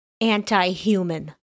Anti-human